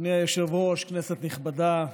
אדוני היושב-ראש, כנסת נכבדה,